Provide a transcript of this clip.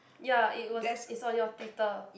ya it was it's on your Twitter